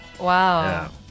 Wow